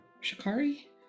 Shikari